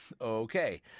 Okay